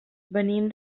venim